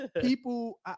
people